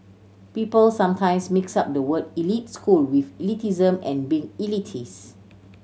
people sometimes mix up the word elite school with elitism and being elitist